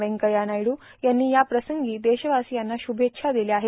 व्येंकय्या नायडू यांनी याप्रसंगी देशवासीयांना श्रभेच्छा दिल्या आहेत